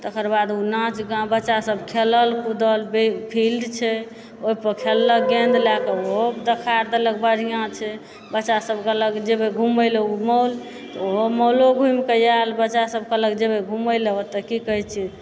तकर बाद ओ नाच गा बच्चा सभ खेलक कुदल फ फील्ड छै ओहि पर खेललक गेन्द ले कऽ ओहो देखार देलक बढ़िऑं छै बच्चा सभ कहलक जेबै घुमै लऽ ओ मौल तऽ ओहो मौलो घुमि के आयल बच्चा सभ कहलक जेबै घुमै लऽ ओत की कहै छै